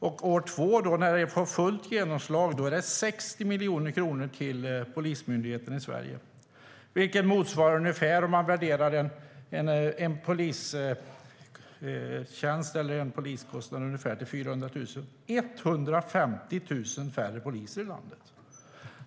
Andra året, när det får fullt genomslag, är det 60 miljoner kronor till Polismyndigheten i Sverige, vilket motsvarar ungefär 150 000 färre poliser i landet om man värderar en polistjänst till ungefär 400 000 kronor.